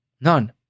None